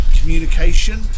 communication